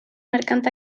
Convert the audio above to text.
marcant